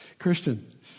Christian